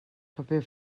paper